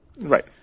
Right